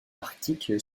arctique